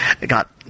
got